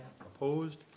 Opposed